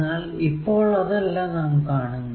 എന്നാൽ ഇപ്പോൾ അതല്ല നാം കാണുന്നത്